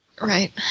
Right